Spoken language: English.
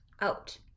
out